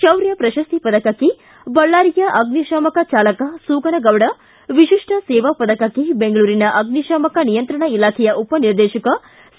ಶೌರ್ಯ ಪ್ರಶಸ್ತಿ ಪದಕಕ್ಕೆ ಬಳ್ಳಾರಿಯ ಅಗ್ನಿಶಾಮಕ ಚಾಲಕ ಸೂಗನಗೌಡ ವಿಶಿಷ್ಸ ಸೇವಾ ಪದಕಕ್ಕೆ ಬೆಂಗಳೂರಿನ ಅಗ್ನಿಶಾಮಕ ನಿಯಂತ್ರಣ ಇಲಾಖೆಯ ಉಪನಿರ್ದೇಶಕ ಸಿ